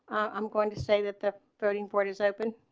i'm going to say that the thirty forty so hoping